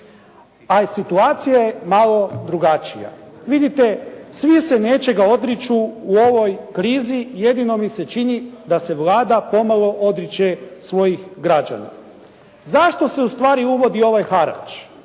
Ali situacija je malo drugačija. Vidite, svi se nečega odriču u ovoj krizi, jedino mi se čini da se Vlada pomalo odriče svojih građana. Zašto se ustvari uvodi ovaj harač?